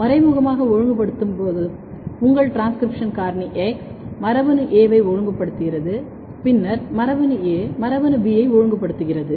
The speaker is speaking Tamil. மறைமுகமாக ஒழுங்குபடுத்தும் போது உங்கள் டிரான்ஸ்கிரிப்ஷன் காரணி X மரபணு A ஐ ஒழுங்குபடுத்துகிறது பின்னர் மரபணு A மரபணு B ஐ ஒழுங்குபடுத்துகிறது